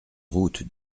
route